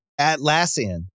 Atlassian